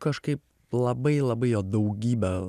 kažkaip labai labai jo daugybę